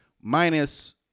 minus